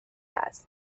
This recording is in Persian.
است